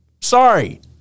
Sorry